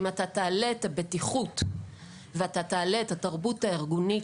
אם תעלה את הבטיחות ותעלה את התרבות הארגונית